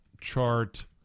chart